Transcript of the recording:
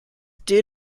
due